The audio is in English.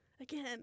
Again